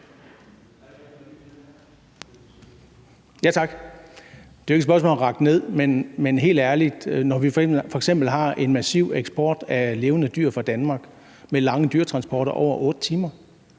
(EL): Det er jo ikke et spørgsmål om at rakke ned, men helt ærligt, når vi f.eks. har en massiv eksport af levende dyr fra Danmark med lange dyretransporter, der varer over